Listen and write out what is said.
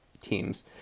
teams